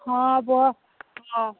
ହଁ ହଁ